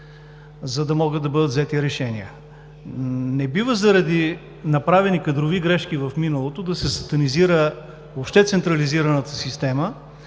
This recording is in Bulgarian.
за да бъдат вземани решения. Не бива заради направени кадрови грешки в миналото да се сатанизира въобще централизираната система